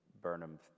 Burnham